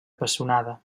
pessonada